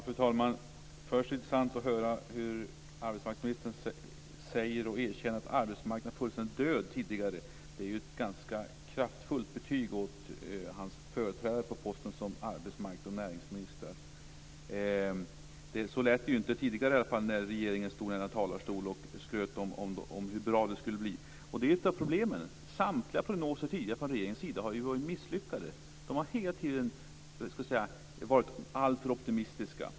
Fru talman! Det var intressant att höra arbetsmarknadsministern erkänna att arbetsmarknaden var fullständigt död tidigare. Det är ett ganska kraftfullt betyg åt hans företrädare på posten som arbetsmarknads och näringsminister. Så lät det inte tidigare när regeringen stod i denna talarstol och skröt om hur bra det skulle bli. Det är ett av problemen. Samtliga prognoser från regeringens sida har tidigare varit misslyckade. De har hela tiden varit alltför optimistiska.